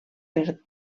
per